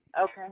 okay